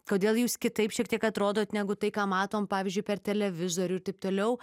kodėl jūs kitaip šiek tiek atrodot negu tai ką matom pavyzdžiui per televizorių ir taip toliau